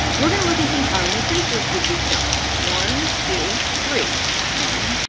we're going to look and see how many places did we jump one two three one,